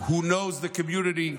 who knows the community,